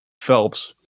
Phelps